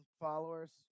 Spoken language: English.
followers